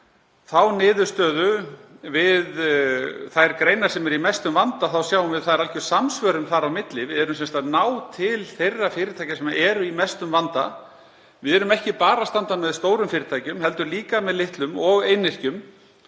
þá niðurstöðu við þær greinar sem eru í mestum vanda sjáum við að það er alger samsvörun þar á milli. Við erum sem sagt að ná til þeirra fyrirtækja sem eru í mestum vanda. Við erum ekki bara að standa með stórum fyrirtækjum heldur líka með litlum og einyrkjum.